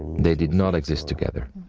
they did not exist together.